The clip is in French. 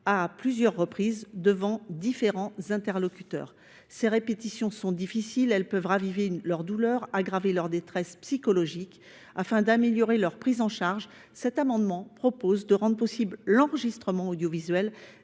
à plusieurs reprises devant différents interlocuteurs. Ces répétitions sont difficiles, elles peuvent raviver leur douleur et aggraver leur détresse psychologique. Afin d’améliorer leur prise en charge, cet amendement vise à rendre possible l’enregistrement audiovisuel